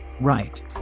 Right